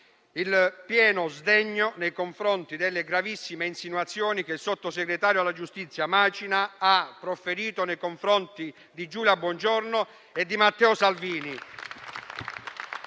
il pieno sdegno nei confronti delle gravissime insinuazioni che il sottosegretario alla giustizia Macina ha proferito nei confronti di Giulia Bongiorno e di Matteo Salvini